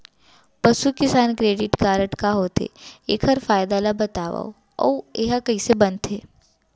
पसु किसान credit card का होथे, एखर फायदा ला बतावव अऊ एहा कइसे बनथे?